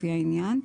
לפי העניין,